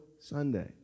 Sunday